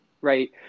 right